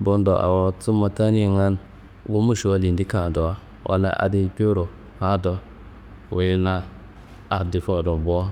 Bundo awo summa taniangan gumbu šuwal yindi kaadowo, walla adi jowuro aa do, wuyi na ardikuwo dowo bo.